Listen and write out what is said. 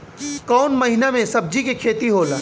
कोउन महीना में सब्जि के खेती होला?